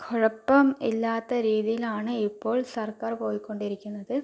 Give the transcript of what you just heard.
കുഴപ്പം ഇല്ലാത്ത രീതിയിലാണ് ഇപ്പോൾ സർക്കാർ പോയിക്കൊണ്ടിരിക്കുന്നത്